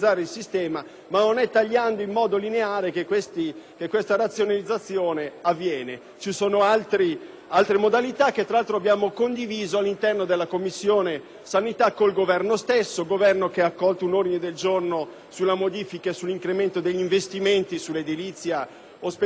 ma non è tagliando in modo lineare che avviene la razionalizzazione. Ci sono altre modalità che, tra l'altro, abbiamo condiviso all'interno della Commissione sanità con il Governo stesso, che ha accolto un ordine del giorno per l'incremento degli investimenti sull'edilizia ospedaliera